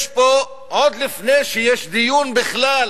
עוד לפני שיש דיון בכלל